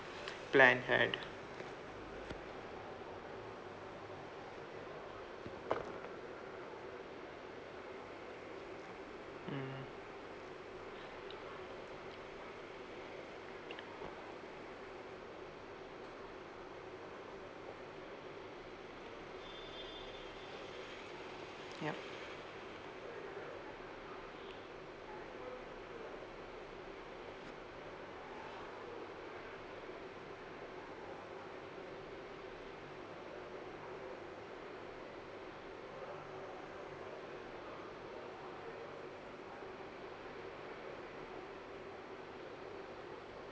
plan had mm yup